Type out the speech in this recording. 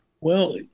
Well-